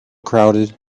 crowded